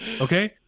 okay